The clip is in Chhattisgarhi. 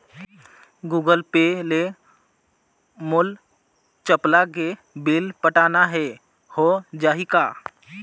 गूगल पे ले मोल चपला के बिल पटाना हे, हो जाही का?